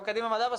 גם קדימה מדע,